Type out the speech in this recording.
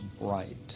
bright